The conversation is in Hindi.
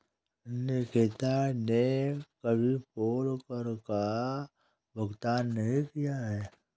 निकिता ने कभी पोल कर का भुगतान नहीं किया है